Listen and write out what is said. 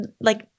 like-